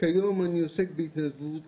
כיום אני עוסק בהתנדבות,